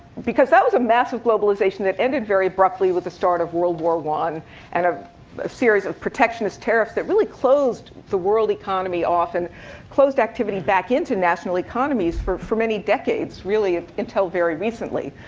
because that was a massive globalization that ended very abruptly with the start of world war i and ah a series of protectionist tariffs that really closed the world economy off and closed activity back into national economies for for many decades, really, until very recently.